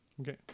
Okay